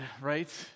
right